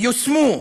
יושמו,